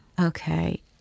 Okay